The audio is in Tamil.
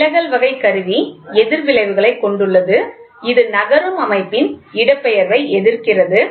விலகல் வகை கருவி எதிர் விளைவுகளைக் கொண்டுள்ளது இது நகரும் அமைப்பின் இடப்பெயர்வை எதிர்க்கிறது